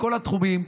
בכל התחומים,